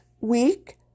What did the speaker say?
week